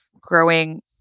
growing